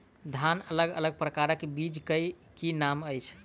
धान अलग अलग प्रकारक बीज केँ की नाम अछि?